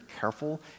careful